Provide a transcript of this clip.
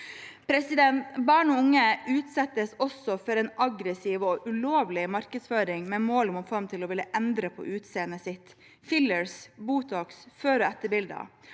år. Barn og unge utsettes også for en aggressiv og ulovlig markedsføring med mål om å få dem til å ville endre på utseendet sitt: fillers, botox og før- og etterbilder